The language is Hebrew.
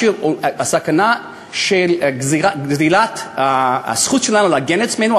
הסכנה של גזלת הזכות שלנו להגן על עצמנו,